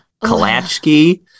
Kalachki